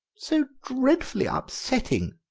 so dreadfully upsetting,